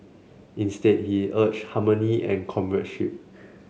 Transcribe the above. instead he urged harmony and comradeship